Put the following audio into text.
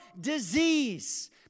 disease